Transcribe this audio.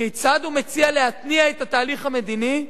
כיצד הוא מציע להתניע את התהליך המדיני?